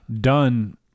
done